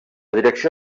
direcció